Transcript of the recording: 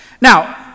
now